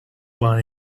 one